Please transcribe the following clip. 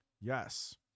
Yes